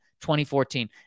2014